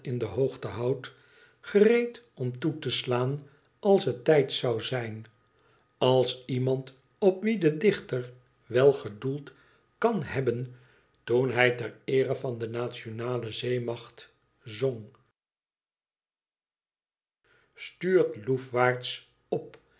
in de hoogte houdt gereed om toe te slaan als het tijd zou zijn als iemand op wien de dichter wel gedoeld kan hebben toen hij ter eere van de nationale zeemacht zong stuurt loefwaarts op